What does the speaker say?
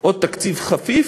או תקציב חפיף,